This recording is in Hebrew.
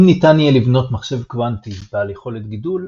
אם ניתן יהיה לבנות מחשב קוונטי בעל יכולת גידול,